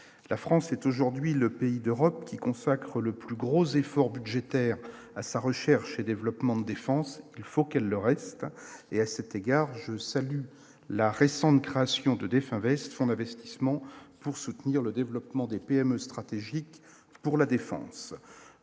la France est aujourd'hui le pays d'Europe qui consacrent le plus gros effort budgétaire à sa recherche et développement, défense, il faut qu'elle le reste et à cet égard je salue la récente création d'EDF Invest, fonds avait qui, statistiquement, pour soutenir le développement des PME stratégiques pour la défense,